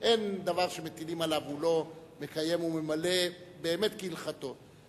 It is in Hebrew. אין דבר שמטילים עליו והוא לא מקיים וממלא באמת כהלכתו.